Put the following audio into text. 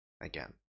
again